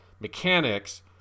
mechanics